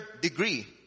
degree